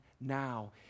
now